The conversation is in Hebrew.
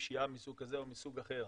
פשיעה מסוג כזה או מסוג אחר.